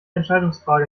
entscheidungsfrage